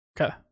Okay